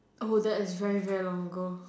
that is very very long ago